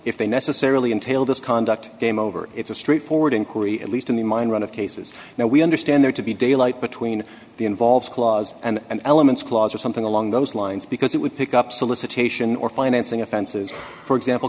if they necessarily entail this conduct game over it's a straightforward inquiry at least in the mind run of cases now we understand there to be daylight between the involves clause and elements clause or something along those lines because it would pick up solicitation or financing offenses for example